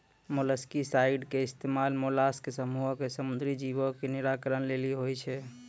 molluscicide के इस्तेमाल mollusc समूहो के समुद्री जीवो के निराकरण लेली होय छै